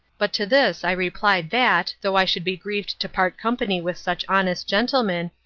but to this i replied that, though i should be grieved to part company with such honest gentlemen,